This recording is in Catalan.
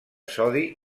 sodi